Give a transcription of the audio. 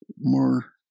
more